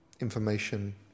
Information